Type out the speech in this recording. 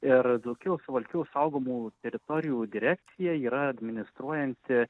ir dzūkijos suvalkijos saugomų teritorijų direkcija yra administruojanti